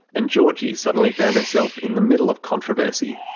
and georgie suddenly found herself in the middle of controversy.